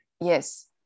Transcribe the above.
yes